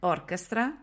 Orchestra